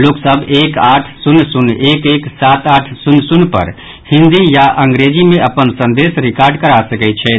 लोक सभ एक आठ शून्य शून्य एक एक सात आठ शून्य शून्य पर हिन्दी या अंग्रेजी मे अपन संदेश रिकॉर्ड करा सकैत छथि